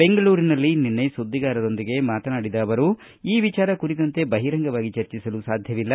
ಬೆಂಗಳೂರಿನಲ್ಲಿ ನಿನ್ನೆ ಸುದ್ದಿಗಾರರೊಂದಿಗೆ ಮಾತನಾಡಿದ ಅವರು ಈ ವಿಚಾರ ಕುರಿತಂತೆ ಬಹಿರಂಗವಾಗಿ ಚರ್ಚಿಸಲು ಸಾಧ್ಯವಿಲ್ಲ